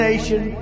nation